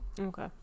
Okay